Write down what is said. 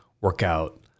workout